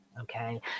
okay